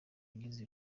wagize